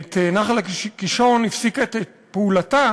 את נחל קישון הפסיקה את פעולתה